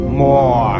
more